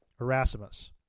Erasmus